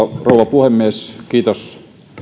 puhemies kiitos